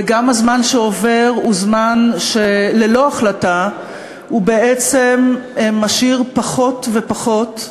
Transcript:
וגם הזמן שעובר הוא זמן שללא החלטה הוא בעצם משאיר פחות ופחות,